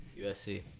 USC